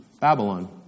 Babylon